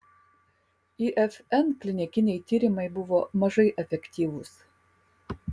ifn klinikiniai tyrimai buvo mažai efektyvūs